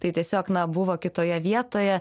tai tiesiog na buvo kitoje vietoje